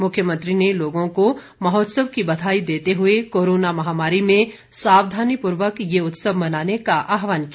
मुख्यमंत्री ने लोगों को महोत्सव की बधाई देते हुए कोरोना महामारी में सावधानी पूर्वक ये उत्सव मनाने का आह्वान किया